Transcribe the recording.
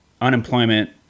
unemployment